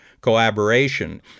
collaboration